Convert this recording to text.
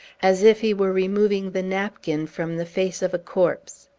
as if he were removing the napkin from the face of a corpse.